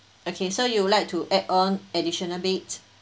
okay so you would like to add on addition bed